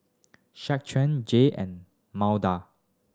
Jay and